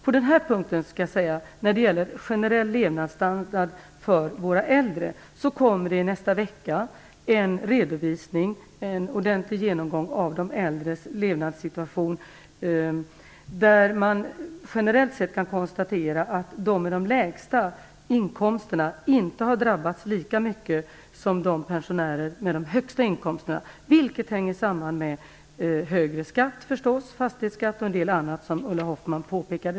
När det gäller just den här punkten, generell levnadsstandard för våra äldre, kan jag säga att det i nästa vecka kommer en redovisning med en ordentlig genomgång av de äldres levnadssituation. Där kan man generellt sett konstatera att de pensionärer som har de lägsta inkomsterna inte har drabbats lika mycket som de som har de högsta inkomsterna. Detta hänger samman med högre skatt, förstås, med fastighetsskatt och en del annat som Ulla Hoffmann tog upp.